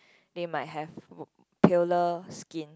they might have wo~ paler skin